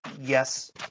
yes